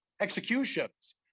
executions